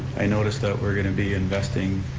i notice that we're going to be investing